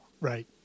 Right